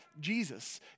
Jesus